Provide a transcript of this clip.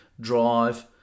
drive